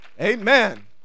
Amen